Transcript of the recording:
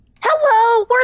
hello